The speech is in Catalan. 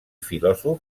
filòsof